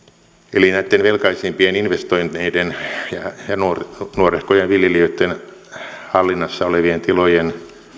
eli näitten velkaisimpien investoineiden ja nuorehkojen viljelijöitten hallinnassa olevien tilojen